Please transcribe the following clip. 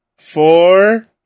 Four